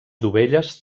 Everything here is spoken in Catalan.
dovelles